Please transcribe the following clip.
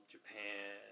Japan